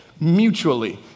mutually